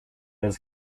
has